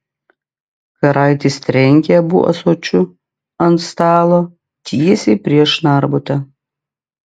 karaitis trenkė abu ąsočiu ant stalo tiesiai prieš narbutą